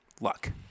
luck